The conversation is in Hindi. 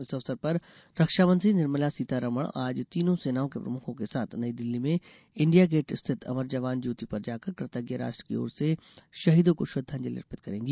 इस अवसर पर रक्षा मंत्री निर्मला सीतारमण आज तीनों सेनाओं के प्रमुखों के साथ नई दिल्ली में इंडिया गेट स्थित अमर जवान ज्योति पर जाकर कृतज्ञ राष्ट्र की ओर से शहीदों को श्रद्वांजलि अर्पित करेंगी